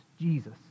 Jesus